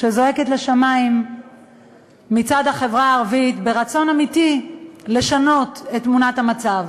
שזועקת לשמים מצד החברה הערבית ורצון אמיתי לשנות את תמונת המצב.